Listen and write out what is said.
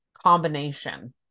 combination